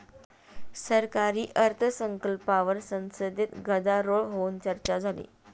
सरकारी अर्थसंकल्पावर संसदेत गदारोळ होऊन चर्चा झाली